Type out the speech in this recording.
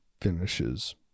finishes